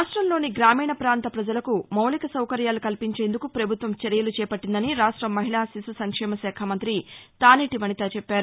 రాష్ట్రంలోని గ్రామీణ పాంత ప్రజలకు మౌలిక సౌకర్యాలు కల్సించేందుకు ప్రభుత్వం చర్యలు చేపట్లిందని రాష్ట మహిళా శిశుసంక్షేమ శాఖ మంతి తానేటి వనిత చెప్పారు